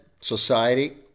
society